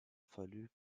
fallut